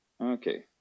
Okay